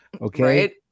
Okay